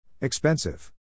Expensive